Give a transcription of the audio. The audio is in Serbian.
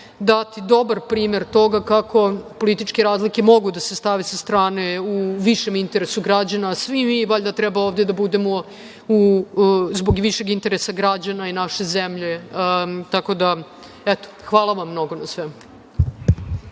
dati dobar primer toga kako političke razlike mogu da se stave sa strane u višem interesu građana. Svi mi treba ovde da budemo zbog višeg interesa građana i naše zemlje. Hvala vam mnogo na svemu.